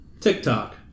TikTok